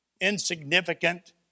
insignificant